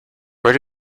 where